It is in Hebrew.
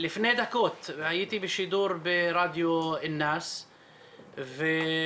לפני דקות הייתי בשידור ברדיו אינאס ותוך